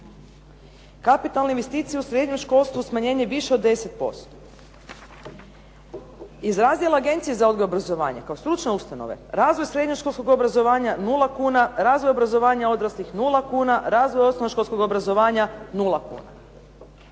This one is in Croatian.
Kapitalne investicije u srednjem školstvu, smanjenje više od 10%. Iz … /Govornica se ne razumije./… Agencije za odgoj i obrazovanje kao stručne ustanove, razvoj srednjoškolskog obrazovanja 0 kuna, razvoj obrazovanja odraslih 0 kuna, razvoj osnovnoškolskog obrazovanja 0 kuna.